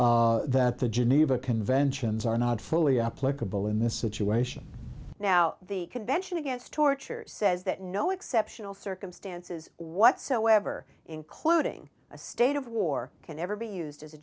suggest that the geneva conventions are not fully applicable in this situation now the convention against torture says that no exceptional circumstances whatsoever including a state of war can ever be used as a